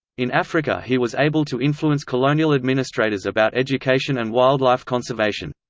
in africa he was able to influence colonial administrators about education and wildlife conservation.